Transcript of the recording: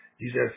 Jesus